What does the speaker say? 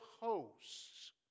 hosts